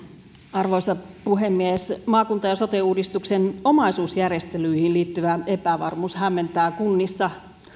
arvoisa puhemies maakunta ja sote uudistuksen omaisuusjärjestelyihin liittyvä epävarmuus hämmentää kunnissa